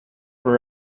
all